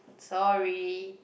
sorry